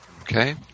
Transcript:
Okay